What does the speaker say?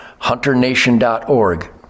HunterNation.org